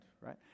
right